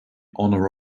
honor